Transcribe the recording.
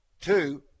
two